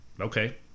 Okay